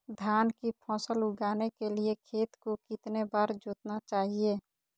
धान की फसल उगाने के लिए खेत को कितने बार जोतना चाइए?